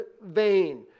vain